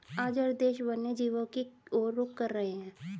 आज हर देश वन्य जीवों की और रुख कर रहे हैं